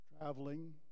traveling